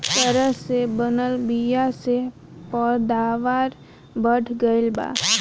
तरह से बनल बीया से पैदावार बढ़ गईल बा